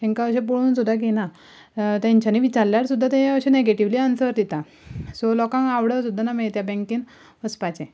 तांकां अशें पळोवन सुद्दां घेयना तेंच्यांनी विचारल्यार सुद्दां ते अशे नेगेटीवली आन्सर दिता सो लोकां आवड सुद्दां ना मागीर त्या बँकेन वचपाचें